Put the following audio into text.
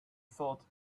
thought